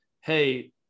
Hey